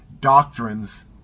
doctrines